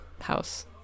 house